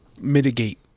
mitigate